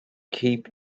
keep